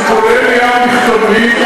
זה כולל נייר מכתבים,